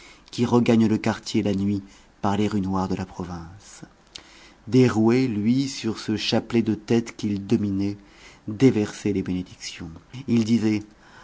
qui regagnent le quartier la nuit par les rues noires de la province derouet lui sur ce chapelet de têtes qu'il dominait déversait des bénédictions il disait